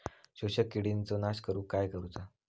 शोषक किडींचो नाश करूक काय करुचा?